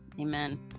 Amen